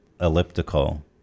elliptical